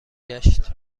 گشت